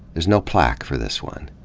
there's no plaque for this one.